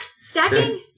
stacking